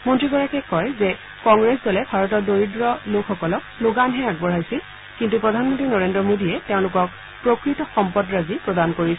মন্ত্ৰীগৰাকীয়ে কয় যে কংগ্ৰেছ দলে ভাৰতৰ দৰিদ্ৰ লোকসকলক শ্লোগানহে আগবঢ়াইছিল কিন্তু প্ৰধানমন্ত্ৰী নৰেন্দ্ৰ মোদীয়ে তেওঁলোকক প্ৰকৃত সম্পদৰাজী প্ৰদান কৰিছে